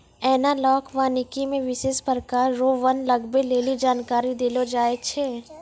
एनालाँक वानिकी मे विशेष प्रकार रो वन लगबै लेली जानकारी देलो जाय छै